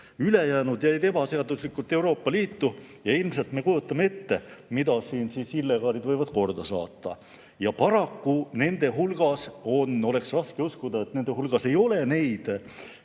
Ülejäänud jäid ebaseaduslikult Euroopa Liitu. Ja ilmselt me kujutame ette, mida siin illegaalid võivad korda saata. Paraku nende hulgas on neid – oleks raske uskuda, et nende hulgas ei ole neid